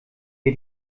wir